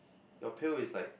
your pail is like